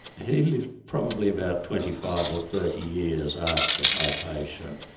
he lived probably about twenty five or thirty years after hypatia,